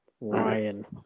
Ryan